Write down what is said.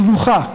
סבוכה,